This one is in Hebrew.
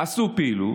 עשו פעילות,